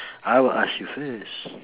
I will ask you first